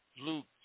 Luke